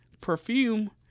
perfume